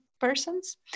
persons